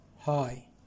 Hi